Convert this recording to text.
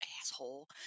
asshole